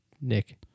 Nick